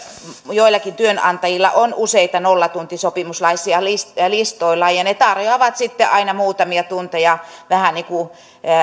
joillakin työnantajilla on useita nollatuntisopimuslaisia listoillaan ja ne tarjoavat sitten aina muutamia tunteja vähän niin kuin